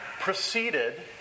proceeded